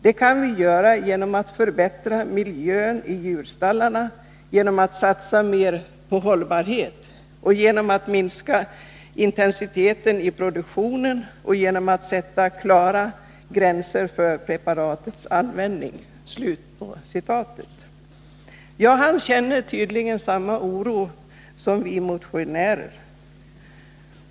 Det kan vi göra genom att förbättra miljön i djurstallarna, genom att satsa mer på hållbarhet, genom att minska intensiteten i produktionen och genom att sätta klara gränser för preparatanvändningen.” Jordbruksministern känner tydligen samma oro som vi motionärer.